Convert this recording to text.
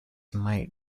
might